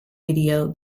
video